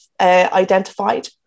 identified